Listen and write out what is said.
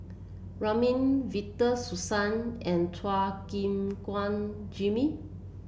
Ramli Victor Sassoon and Chua Gim Guan Jimmy